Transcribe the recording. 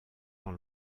dans